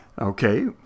Okay